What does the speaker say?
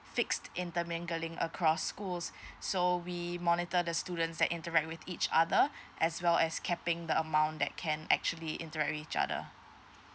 fixed intermingling across schools so we monitor the students that interact with each other as well as capping the amount that can actually interact each other